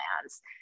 plans